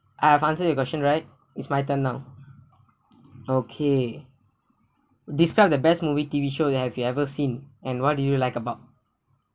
I have answered your question right it's my turn now okay describe the best movie T_V show that have you ever seen and what do you like about